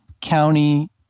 county